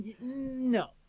no